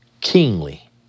kingly